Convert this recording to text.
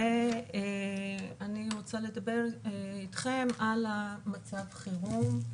ואני רוצה לדבר איתכם על מצב החירום.